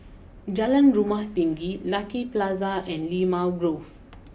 Jalan Rumah Tinggi Lucky Plaza and Limau Grove